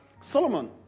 Solomon